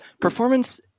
performance